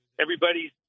everybody's